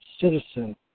citizen